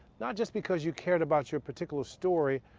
not just because you cared about your particular story,